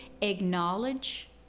Acknowledge